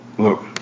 Look